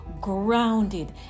grounded